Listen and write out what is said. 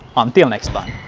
um until next time!